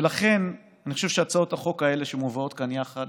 ולכן אני חושב שהצעות החוק האלה, שמובאות כאן יחד